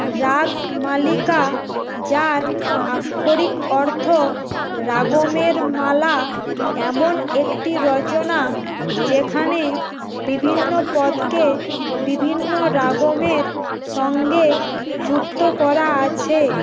রাগমালিকা যার আক্ষরিক অর্থ রাগমের মালা এমন একটি রচনা যেখানে বিভিন্ন পদকে বিভিন্ন রাগমের সঙ্গে যুক্ত করা আছে